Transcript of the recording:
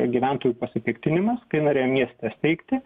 gyventojų pasipiktinimas kai norėjo mieste steigti